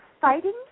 fighting